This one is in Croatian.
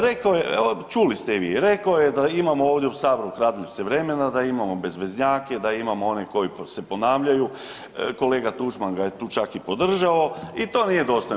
Rekao je, evo čuli ste i vi, rekao je da imamo ovdje u saboru kradljivce vremena, da imamo bezveznjake, da imamo one koji se ponavljaju, kolega Tuđman ga je tu čak i podržao i to nije dostojno.